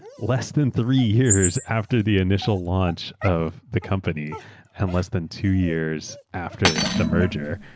less than three years after the initial launch of the company and less than two years after the merger.